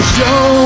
Show